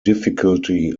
difficulty